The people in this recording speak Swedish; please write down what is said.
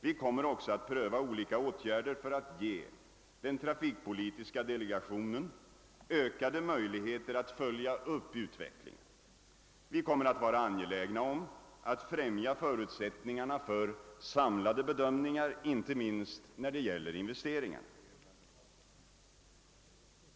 Vi kommer också att pröva olika åtgärder för att ge den trafikpolitiska delegationen ökade möjligheter att följa utvecklingen. Vi kommer vidare att vara angelägna om att förbättra förutsättning arna för samlade bedömningar, inte minst när det gäller investeringarna.